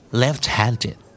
left-handed